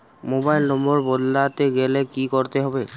Mobile নম্বর বদলাতে গেলে কি করতে হবে?